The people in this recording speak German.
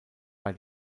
bei